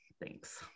Thanks